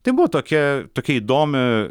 tai buvo tokia tokia įdomi